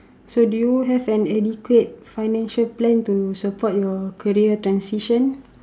so do you have an adequate financial plan to support your career transition